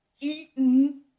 eaten